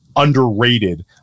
Underrated